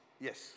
Yes